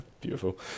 Beautiful